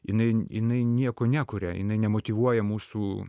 jinai jinai nieko nekuria jinai nemotyvuoja mūsų